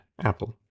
Apple